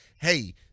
hey